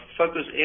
focus